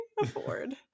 afford